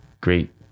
great